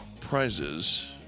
Prizes